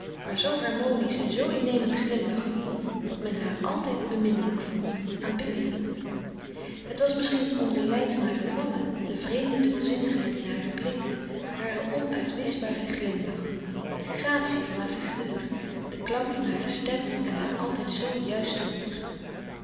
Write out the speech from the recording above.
maar zoo harmonisch en zoo innemend glimlachend dat men haar altijd beminnelijk vond aanbiddelijk het was misschien om de lijn van hare wangen de vreemde dubbelzinnigheid in haren blik haar onuitwischbaren glimlach de gratie van haar figuur de klank van hare stem en haar altijd zoo juiste woord